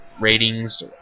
ratings